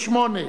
קדימה,